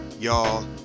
y'all